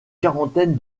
quarantaine